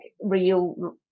real